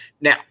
Now